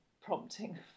prompting